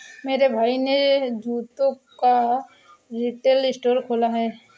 मेरे भाई ने जूतों का रिटेल स्टोर खोला है